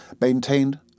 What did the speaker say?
maintained